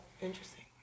interesting